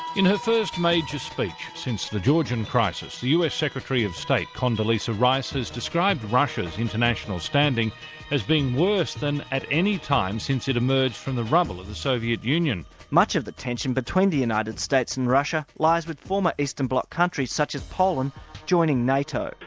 in her first major speech since the georgian crisis, us secretary of state, condoleezza rice has described russia's international standing as being worse than at any time since it emerged from the rubble of the soviet union. much of the tension between the united states and russia lies with former eastern bloc countries such as poland joining nato.